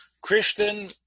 Christian